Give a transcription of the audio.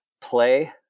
play